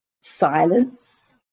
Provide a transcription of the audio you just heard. silence